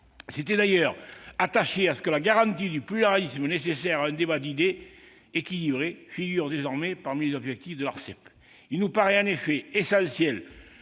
s'étaient d'ailleurs attachés à ce que la garantie du pluralisme nécessaire à un débat d'idées équilibré figure désormais parmi les objectifs de l'Arcep. En effet, il nous paraît essentiel